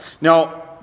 Now